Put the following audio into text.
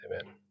Amen